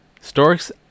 Storks